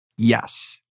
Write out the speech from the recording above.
Yes